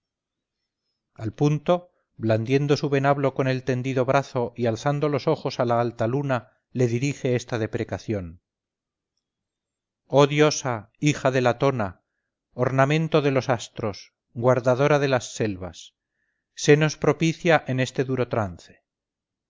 al punto blandiendo su venablo con el tendido brazo y alzando los ojos a la alta luna le dirige esta deprecación oh diosa hija de latona ornamento de los astros guardadora de las selvas sénos propicia en este duro trance